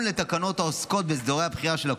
לתקנות העוסקות בהסדרי הבחירה של הקופות,